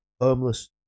homeless